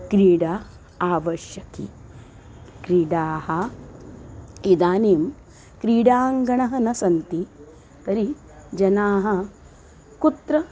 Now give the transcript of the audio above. क्रीडा आवश्यकी क्रीडाः इदानीं क्रीडाङ्गणं न सन्ति तर्हि जनाः कुत्र